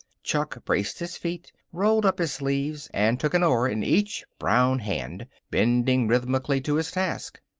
chuck braced his feet, rolled up his sleeves, and took an oar in each brown hand, bending rhythmically to his task.